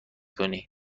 کنی